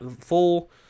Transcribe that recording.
full